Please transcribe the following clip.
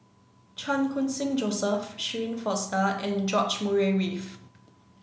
Chan Khun Sing Joseph Shirin Fozdar and George Murray Reith